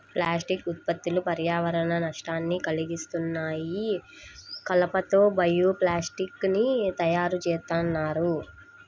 plastic ఉత్పత్తులు పర్యావరణానికి నష్టాన్ని కల్గిత్తన్నాయి, కలప తో బయో ప్లాస్టిక్ ని తయ్యారుజేత్తన్నారు